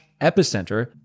epicenter